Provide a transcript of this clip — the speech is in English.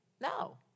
No